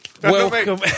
Welcome